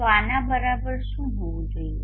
તો આના બરાબર શું હોવું જોઈએ